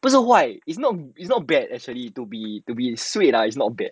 不是坏 it's not it's not bad actually to be to be swayed ah is not bad